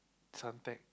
Suntec